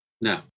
no